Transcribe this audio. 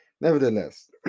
Nevertheless